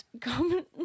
comment